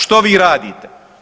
Što vi radite?